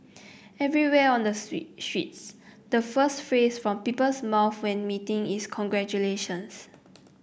everywhere on the streets the first phrase from people's mouths when meeting is congratulations